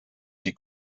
die